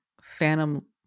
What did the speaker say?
phantom